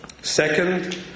Second